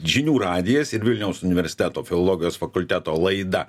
žinių radijas ir vilniaus universiteto filologijos fakulteto laida